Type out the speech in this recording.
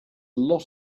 lot